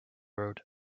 road